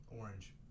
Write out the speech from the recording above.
Orange